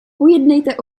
pojednejte